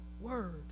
word